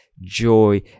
joy